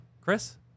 Chris